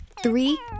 Three